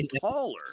taller